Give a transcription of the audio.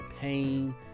pain